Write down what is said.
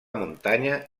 muntanya